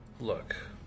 Look